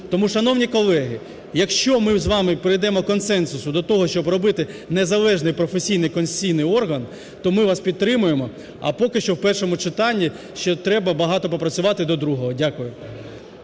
Тому, шановні колеги, якщо ми з вами прийдемо консенсусу до того, щоб робити незалежний професійний конституційний орган, то ми вас підтримаємо, а поки що в першому читанні ще треба багато попрацювати до другого. Дякую.